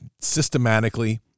systematically